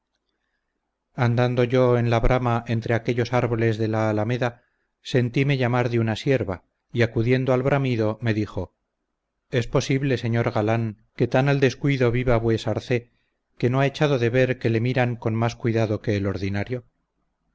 andando yo en la brama entre aquellos árboles de la alameda senteme llamar de una cierva y acudiendo al bramido me dijo es posible señor galán que tan al descuido viva vuesarcé que no ha echado de ver que le miran con más cuidado que el ordinario